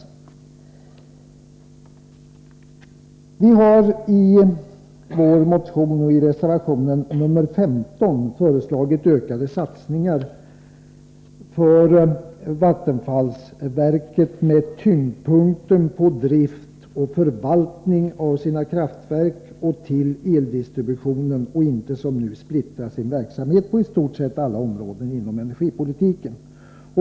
Vpk har i sin motion och i reservation 15 föreslagit ökade satsningar för vattenfallsverket med tyngdpunkten lagd på drift och förvaltning av Vattenfalls kraftverk och på eldistribution. Man skall inte som nu splittra sin verksamhet på i stort sett alla områden inom energipolitiken.